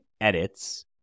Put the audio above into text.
edits